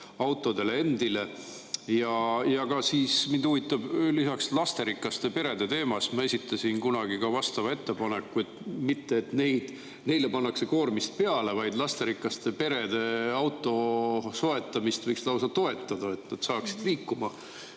autodele endile. Ja mind huvitab lisaks lasterikaste perede teema. Ma esitasin kunagi vastava ettepaneku, et mitte neile panna koormis peale, vaid lasterikaste perede auto soetamist võiks lausa toetada, et nad saaksid liikuma,